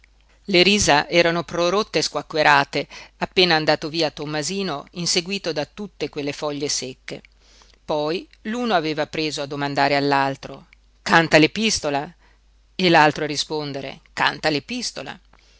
le risa erano prorotte squacquerate appena andato via tommasino inseguito da tutte quelle foglie secche poi l'uno aveva preso a domandare all'altro canta l'epistola e l'altro a rispondere canta l'epistola e